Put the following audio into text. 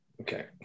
Okay